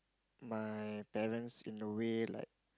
my parents in the way like